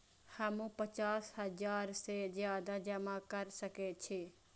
हमू पचास हजार से ज्यादा जमा कर सके छी?